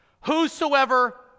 whosoever